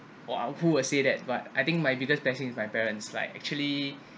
while who would say that but I think my biggest blessing is my parents like actually